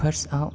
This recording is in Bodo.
फार्स्टआव